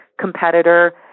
competitor